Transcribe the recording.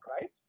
right